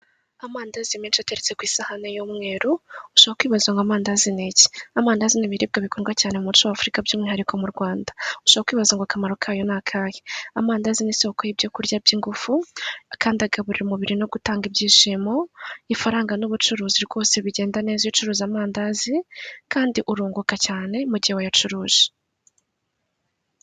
Amandazi menshi ateretse ku isahani y'umweru ushobora kwibaza ngo amandazi ni iki, amandazi ni ibiribwa bikundwa cyane mu muco w'Afurika by'umwihariko mu Rwanda, ushobora kwibaza ngo akamara kayo ni akahe, amandazi ni isoko y'ibyo kurya by'ingufu kandi agaburira umubiri no gutanga ibyishimo, ifaranga n'ubucuruzi rwose bigenda neza iyo ucuruza amandazi kandi urunguka cyane mu gihe wayacuruje.